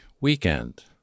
weekend